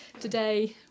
today